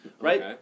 right